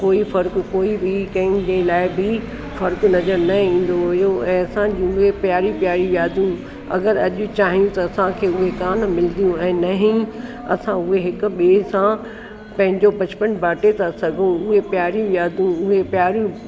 कोई फ़र्क़ु कोई बि कंहिं लाइ बि फ़र्क़ु नज़र न ईंदो हुयो ऐं असां जंहिंमें प्यारी प्यारी यादियूं अगरि अॼु चाहिनि त असांखे उहे कोन मिलदियूं आहिनि न ई असां उहो हिक ॿिए सां पंहिंजो बचपन बाटे था सघूं उहे प्यारी यादियूं उहे प्यारियूं